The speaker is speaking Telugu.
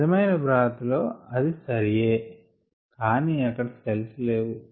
నిజమైన బ్రాత్ లో అది సరియే కానీ అక్కడ సెల్స్ లేవు